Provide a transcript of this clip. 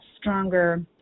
stronger